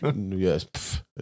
Yes